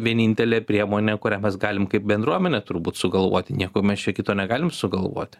vienintelė priemonė kurią mes galim kaip bendruomenė turbūt sugalvoti nieko mes čia kito negalim sugalvoti